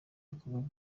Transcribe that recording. rukiko